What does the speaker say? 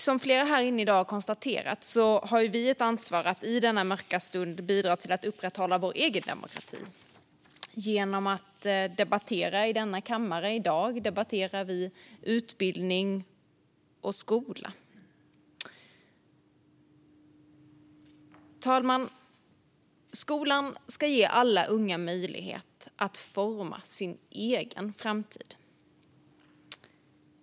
Som flera här inne i dag har konstaterat har vi ett ansvar att i denna mörka stund bidra till att upprätthålla vår egen demokrati genom att debattera i denna kammare. I dag debatterar vi utbildning och skola. Fru talman! Skolan ska ge alla unga möjlighet att forma sin egen framtid.